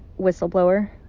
whistleblower